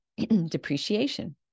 depreciation